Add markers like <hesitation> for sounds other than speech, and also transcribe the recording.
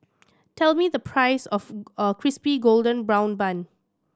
tell me the price of <hesitation> Crispy Golden Brown Bun